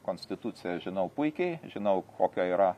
konstituciją aš žinau puikiai žinau kokia yra